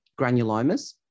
granulomas